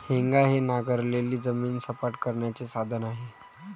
हेंगा हे नांगरलेली जमीन सपाट करण्याचे साधन आहे